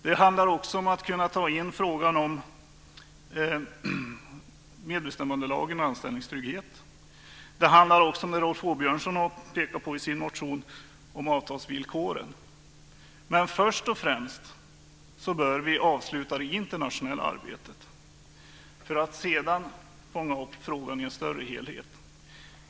Det handlar också om att kunna ta in frågan om medbestämmandelagen och anställningstrygghet. Det handlar också om det Rolf Åbjörnsson pekar på i sin motion, avtalsvillkoren. Men först och främst bör vi avsluta det internationella arbetet för att sedan fånga upp frågan i en större helhet.